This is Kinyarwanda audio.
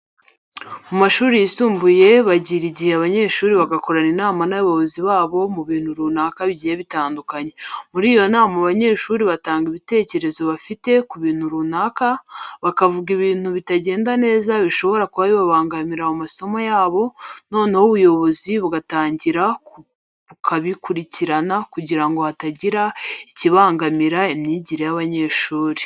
Mu mashuri yisumbuye bagira igihe abanyeshuri bagakorana inama n'abayobozi babo ku bintu runaka bigiye bitandukanye. Muri iyo nama abanyeshuri batanga ibitekerezo bafite ku bintu runaka, bakavuga ibintu bitagenda neza bishobora kuba bibangamiye amasomo yabo, noneho ubuyobozi bugatangira bukabikurikirana kugira ngo hatagira ikibangamira imyigire y'abanyeshuri.